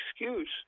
excuse